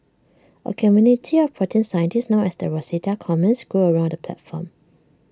A community of protein scientists known as the Rosetta Commons grew around the platform